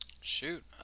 Shoot